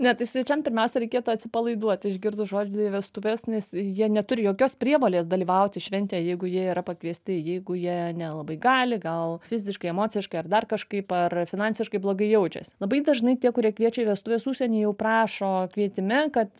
ne tai svečiam pirmiausia reikėtų atsipalaiduoti išgirdus žodį vestuvės nes jie neturi jokios prievolės dalyvauti šventėje jeigu jie yra pakviesti jeigu jie nelabai gali gal fiziškai emociškai ar dar kažkaip ar finansiškai blogai jaučiasi labai dažnai tie kurie kviečia į vestuves užsieny jau prašo kvietime kad